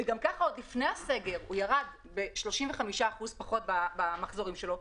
וגם כך עוד לפני הסגר הוא ירד ב-35% במחזורים שלו,